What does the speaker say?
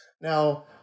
Now